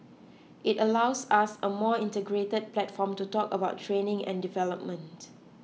it allows us a more integrated platform to talk about training and development